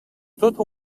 tot